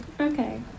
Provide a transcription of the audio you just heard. Okay